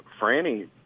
Franny